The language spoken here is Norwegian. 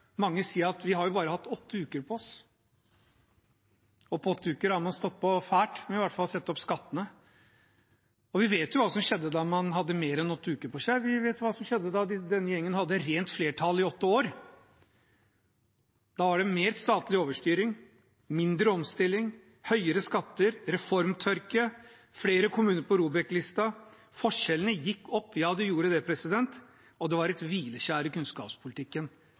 mange si: Vi har jo bare hatt åtte uker på oss. På åtte uker har man i hvert fall stått på fælt med å sette opp skattene. Vi vet hva som skjedde da man hadde mer enn åtte uker på seg – vi vet hva som skjedde da denne gjengen hadde rent flertall i åtte år. Da var det mer statlig overstyring, mindre omstilling, høyere skatter, reformtørke, flere kommuner på ROBEK-listen. Forskjellene gikk opp – ja, de gjorde det – og det var et hvileskjær i kunnskapspolitikken.